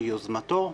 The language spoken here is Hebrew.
כן לתת הקלה מיוזמתו.